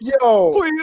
Yo